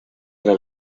ara